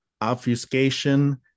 obfuscation